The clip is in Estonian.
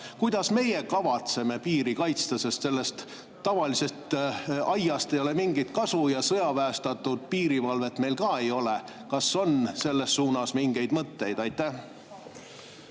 Kuidas meie kavatseme piiri kaitsta? Sellest tavalisest aiast ei ole mingit kasu ja sõjaväestatud piirivalvet meil ka ei ole. Kas on selles suunas mingeid mõtteid? Aitäh,